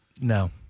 No